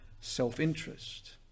self-interest